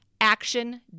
Action